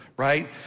Right